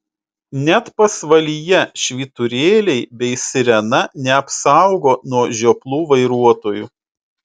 net pasvalyje švyturėliai bei sirena neapsaugo nuo žioplų vairuotojų